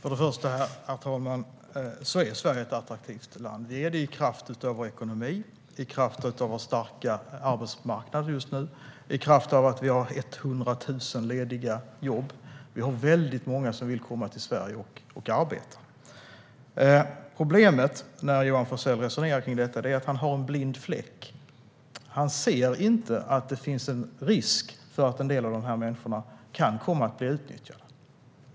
Herr talman! Sverige är ett attraktivt land i kraft av vår ekonomi, i kraft av vår starka arbetsmarknad och i kraft av att vi har 100 000 lediga jobb. Det är väldigt många som vill komma till Sverige och arbeta. Problemet när Johan Forssell resonerar om detta är att han har en blind fläck. Han ser inte att det finns en risk för att en del av de här människorna kan komma att bli utnyttjade.